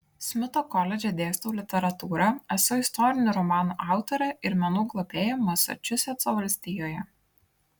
smito koledže dėstau literatūrą esu istorinių romanų autorė ir menų globėja masačusetso valstijoje